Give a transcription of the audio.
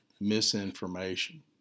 misinformation